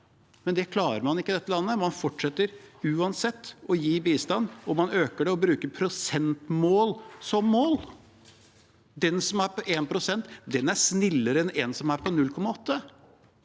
Men det klarer man ikke i dette landet. Man fortsetter uansett å gi bistand, og man øker den og bruker prosentmål som mål. Den som gir 1 pst., er snillere enn den som gir 0,8